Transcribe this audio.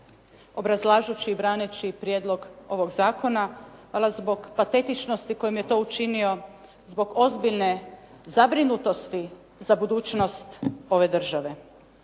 obrazlažući i braneći prijedlog ovog zakona valjda zbog patetičnosti kojom je to učinio, zbog ozbiljne zabrinutosti za budućnost ove države